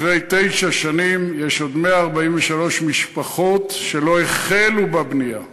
אחרי תשע שנים יש עוד 143 משפחות שלא החלו בבנייה.